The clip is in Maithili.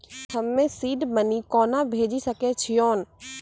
हम्मे सीड मनी कोना भेजी सकै छिओंन